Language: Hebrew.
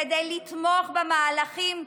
כדי לתמוך במהלכים,